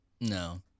No